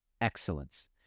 excellence